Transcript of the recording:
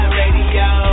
radio